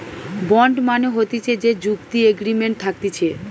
bond মানে হতিছে যে চুক্তি এগ্রিমেন্ট থাকতিছে